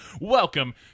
welcome